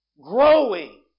growing